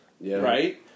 Right